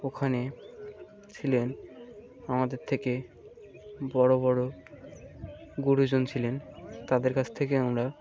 ওখানে ছিলেন আমাদের থেকে বড় বড় গুরুজন ছিলেন তাদের কাছ থেকে আমরা